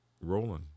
rolling